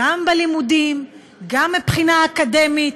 גם בלימודים, גם מבחינה אקדמית,